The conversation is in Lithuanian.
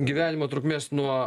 gyvenimo trukmės nuo